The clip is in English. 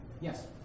Yes